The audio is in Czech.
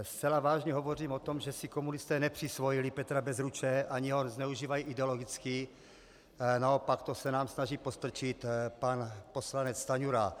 Zcela vážně hovořím o tom, že si komunisté nepřisvojili Petra Bezruče ani ho nezneužívají ideologicky, naopak to se nám snaží podstrčit pan poslanec Stanjura.